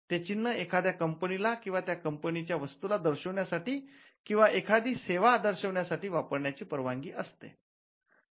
ते चिन्ह एखाद्या कंपनीला किंवा त्या कंपनी च्या वस्तूला दर्शविण्यासाठी किंवा एखादी सेवा दर्शवण्यासाठी वापरण्याची परवानगी असते